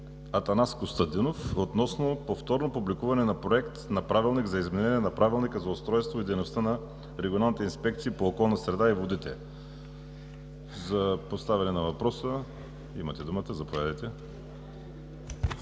Атанас Костадинов относно повторно публикуване на Проект на правилник за изменение на Правилника за устройството и дейността на регионалните инспекции по околната среда и водите. За поставяне на въпроса имате думата, господин